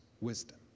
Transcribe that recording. wisdom